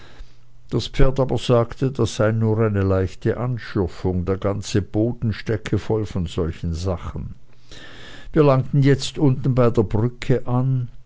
das pferd aber sagte das sei nur eine leichte anschürfung der ganze boden stecke voll von solchen sachen wir langten jetzt unten bei der brücke an